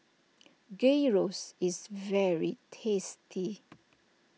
Gyros is very tasty